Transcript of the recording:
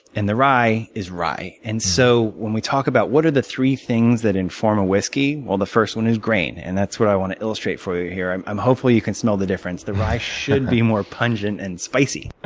and the rye is rye. and so when we talk about what are the three things that inform a whiskey, well, the first one is grain. and that's what i want to illustrate for you here. and hopefully, you can smell the difference. the rye should be more pungent and spicy.